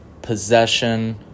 possession